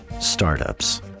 startups